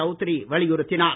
சௌத்ரி வலியுறுத்தினார்